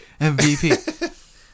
MVP